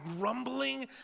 grumbling